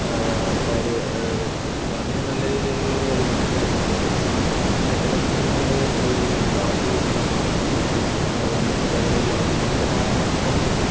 ആൾക്കാർ വെക്കുന്നത് അപ്പം അതിന് നല്ല രീതിയിലുള്ളൊരു വരുമാനവും കാര്യങ്ങളൊക്കെ കിട്ടുന്നുണ്ട് പക്ഷെ ചില സമയങ്ങളിൽ ഈ കാറ്റ് വീശുന്നതും പിന്നെ വെള്ളം കിട്ട് ഇല്ലായ്മയും അങ്ങനത്തെ കരണങ്ങളൊക്കെ കൊണ്ട്